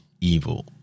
evil